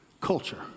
culture